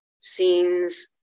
scenes